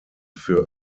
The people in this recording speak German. für